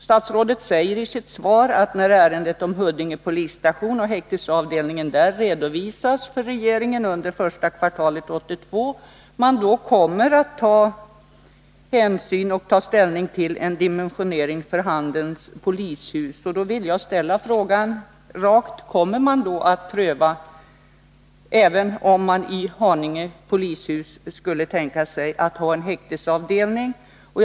Statsrådet säger i sitt svar att man, när ärendet om Huddinge polisstation och häktesavdelningen där redovisas för regeringen under första kvartalet 1982, kommer att ta ställning till frågan om dimensionering av Handens polishus. Jag vill ställa en rak fråga: Kommer regeringen då att pröva om det är möjligt att ha en häktesavdelning även i Haninge polishus?